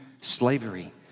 slavery